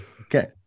Okay